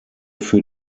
für